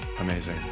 Amazing